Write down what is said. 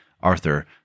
Arthur